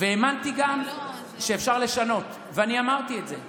והאמנתי גם שאפשר לשנות, ואני אמרתי את זה.